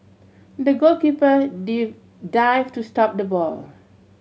the goalkeeper dived to stop the ball